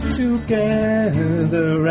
together